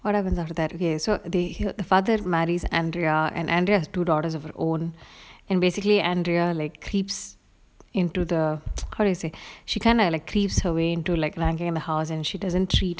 what happens after that okay so they hear the father marries andrea and andrea has two daughters of her own and basically andrea like creeps into how do you say she kinda like cleaves her way into like lagging in the house and she doesn't treat